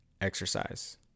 exercise